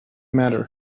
matter